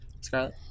Scarlett